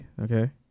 okay